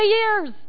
years